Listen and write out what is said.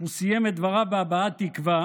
הוא סיים את דבריו בהבעת תקווה